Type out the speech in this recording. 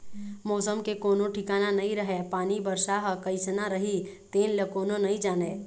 मउसम के कोनो ठिकाना नइ रहय पानी, बरसा ह कइसना रही तेन ल कोनो नइ जानय